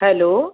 hello